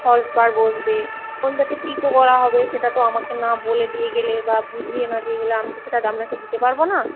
ফল পাড় বসবে কোনটাতে পিকো করা হবে সেটা তো আমাকে না বলে দিয়ে গেলে বা বুঝিয়ে না দিয়ে গেলে আমি তো সেটা আপনাকে দিতে পারবো না